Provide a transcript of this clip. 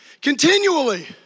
Continually